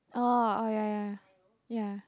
oh ya ya ya